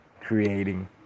creating